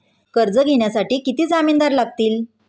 कर्ज घेण्यासाठी किती जामिनदार लागतील?